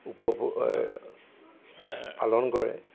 উপভোগ পালন কৰে